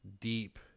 deep